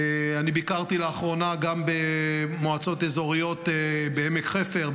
אני ביקרתי לאחרונה גם במועצות אזוריות בעמק חפר,